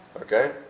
Okay